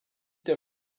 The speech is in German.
der